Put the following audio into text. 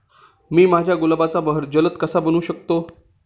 मी माझ्या गुलाबाचा बहर जलद कसा बनवू शकतो?